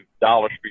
dollars